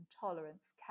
tolerance